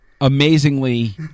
Amazingly